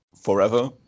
forever